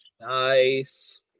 Nice